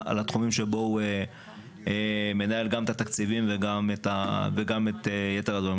שבו הוא מנהל גם את התקציבים וגם את יתר הדברים.